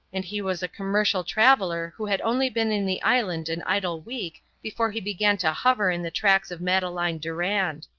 and he was a commercial traveller who had only been in the island an idle week before he began to hover in the tracks of madeleine durand.